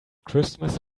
christmas